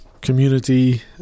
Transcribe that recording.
community